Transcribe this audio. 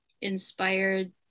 inspired